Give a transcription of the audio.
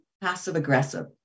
passive-aggressive